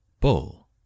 Bull